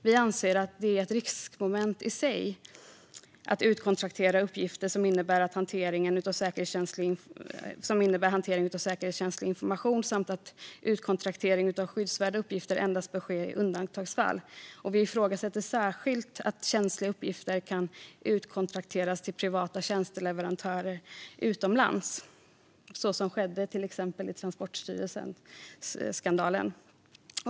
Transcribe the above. Vi anser att det är ett riskmoment i sig att utkontraktera uppgifter som innebär hantering av säkerhetskänslig information samt att utkontraktering av skyddsvärda uppgifter endast bör ske i undantagsfall. Vi ifrågasätter särskilt att känsliga uppgifter kan utkontrakteras till privata tjänsteleverantörer utomlands, något som skedde i Transportstyrelseskandalen.